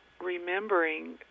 remembering